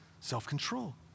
self-control